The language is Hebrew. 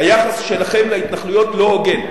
היחס שלכם להתנחלויות לא הוגן,